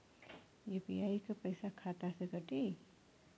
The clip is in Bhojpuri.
यू.पी.आई क पैसा खाता से कटी?